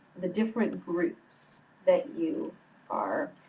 the different groups that you are